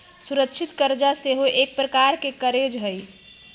सुरक्षित करजा सेहो एक प्रकार के करजे हइ